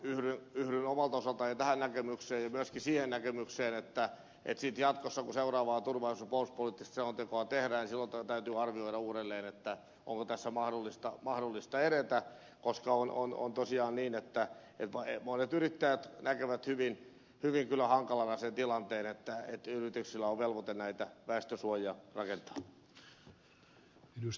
yhdyn omalta osaltani tähän näkemykseen ja myöskin siihen näkemykseen että sitten jatkossa kun seuraavaa turvallisuus ja puolustuspoliittista selontekoa tehdään niin silloin täytyy arvioida uudelleen onko tässä mahdollista edetä koska on tosiaan niin että monet yrittäjät näkevät hyvin hankalana kyllä sen tilanteen että yrityksillä on velvoite näitä väestösuojia rakentaa